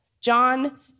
John